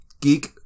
Geek